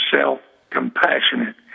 self-compassionate